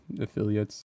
affiliates